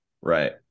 Right